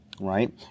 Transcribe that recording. right